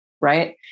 Right